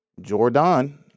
Jordan